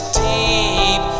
deep